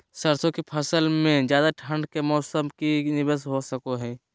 सरसों की फसल में ज्यादा ठंड के मौसम से की निवेस हो सको हय?